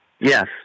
Yes